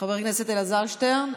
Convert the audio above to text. חבר הכנסת אלעזר שטרן,